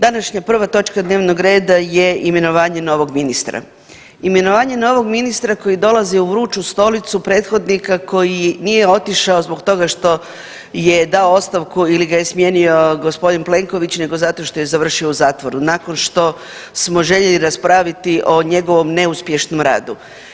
Današnja prva točka dnevnog reda je imenovanje novog ministra, imenovanje novog ministra koji dolazi u vruću stolicu prethodnika koji nije otišao zbog toga što je dao ostavku ili ga je smijenio g. Plenković nego zato što je završio u zatvoru nakon što smo željeli raspraviti o njegovom neuspješnom radu.